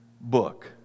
book